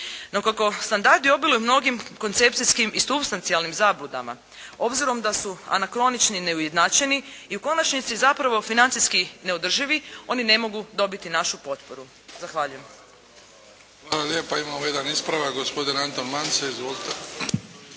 No, kako standardi obiluju mnogim koncepcijskih i supstancijalnim zabludama, obzirom da su anakronični neujednačeni i u konačnici, zapravo financijski neodrživi, oni ne mogu dobiti našu potporu. Zahvaljujem. **Bebić, Luka (HDZ)** Hvala lijepa. Imamo jedan ispravak. Gospodin Anton Mance. Izvolite.